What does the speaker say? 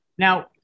Now